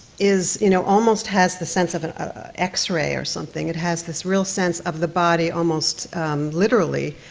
is, you know, almost has the sense of an x-ray or something. it has this real sense of the body, almost literally,